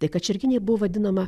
tai kačerginė buvo vadinama